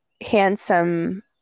handsome